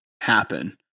happen